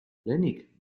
lehenik